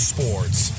Sports